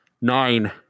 Nine